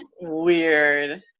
weird